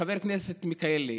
חבר הכנסת מלכיאלי,